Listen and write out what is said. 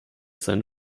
seine